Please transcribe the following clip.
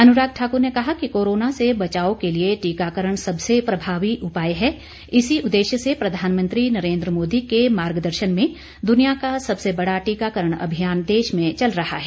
अनुराग ठाक्र ने कहा कि कोरोना से बचाव के लिए टीकाकरण सबसे प्रभावी उपाय हैं इसी उददेश्य से प्रधानमंत्री नरेन्द्र मोदी के मार्गदर्शन में दुनिया का सबसे बड़ा टीकाकरण अभियान देश में चल रहा है